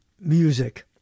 music